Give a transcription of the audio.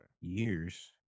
Years